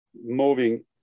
moving